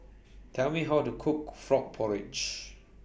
Tell Me How to Cook Frog Porridge